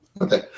Okay